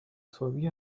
حسابی